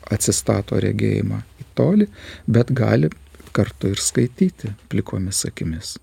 atsistato regėjimą tolį bet gali kartu ir skaityti plikomis akimis